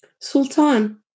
Sultan